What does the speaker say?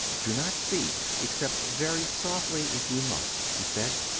do not speak except very softly, if you must, he said.